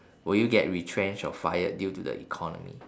will you get retrenched or fired due to the economy